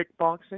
kickboxing